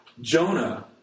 Jonah